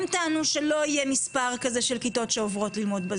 הם טענו שלא יהיה מספר כזה של כיתות שעוברות ללמוד בזום.